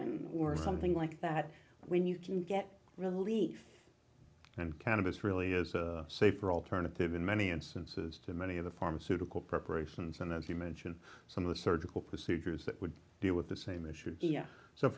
codeine or something like that when you can get relief and cannabis really is a safer alternative in many instances to many of the pharmaceutical preparations and as you mention some of the surgical procedures that would deal with the same issue